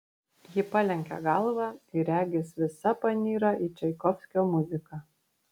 ji palenkia galvą ir regis visa panyra į čaikovskio muziką